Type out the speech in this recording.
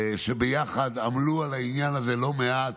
שביחד עמלו על העניין הזה לא מעט,